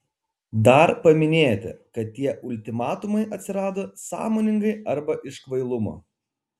dar paminėjote kad tie ultimatumai atsirado sąmoningai arba iš kvailumo